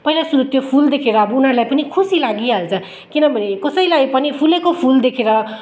पहिला सुरु त्यो फुल देखेर अब उनीहरूलाई पनि खुसी लागिहाल्छ किनभने कसैलाई पनि फुलेको फुल देखेर